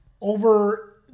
over